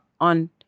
on